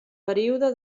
període